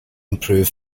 improved